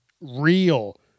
real